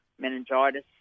meningitis